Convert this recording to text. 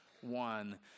one